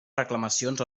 reclamacions